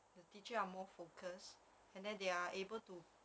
the teacher are more focused and then they are able to